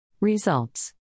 Results